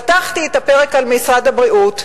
פתחתי את הפרק על משרד הבריאות,